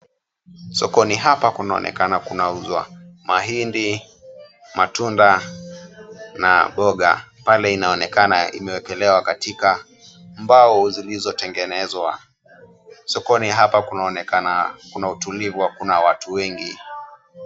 Sokoni hapa kunaonekana kunauzwa mahindi, matunda na mboga. Pale inaonekana imewekelewa katika mbao zilizo tengenezwa. Sokoni hapa kunaonekana kuna utulivu hakuna watu wengi.